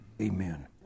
Amen